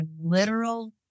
literal